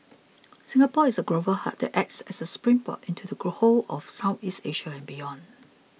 Singapore is a global hub that acts as a springboard into the whole of Southeast Asia and beyond